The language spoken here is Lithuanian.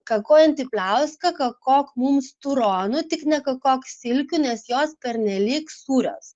kakojanti pliauska kakok mums turonų tik nekakok silkių nes jos pernelyg sūrios